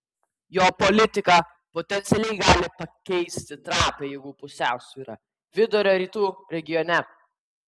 jo politika potencialiai gali pakeisti trapią jėgų pusiausvyrą vidurio rytų regione